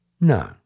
No